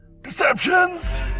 Deceptions